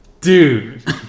Dude